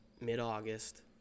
mid-August